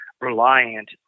reliant